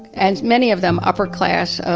and many of them upper class,